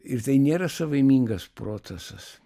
ir tai nėra savaimingas procesas